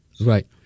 right